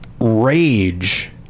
rage